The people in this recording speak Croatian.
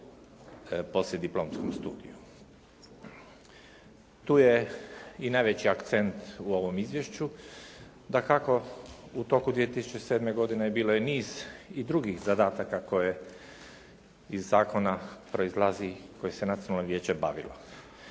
poslijediplomskom studiju. Tu je i najveći akcent u ovom izvješću. Dakako, u toku 2007. godine bilo je niz i drugih zadataka koje iz zakona proizlazi kojim se Nacionalno vijeće bavilo.